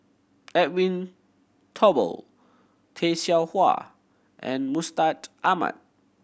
Edwin Thumboo Tay Seow Huah and Mustaq Ahmad